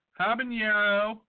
habanero